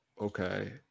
okay